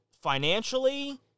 financially